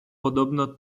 podobno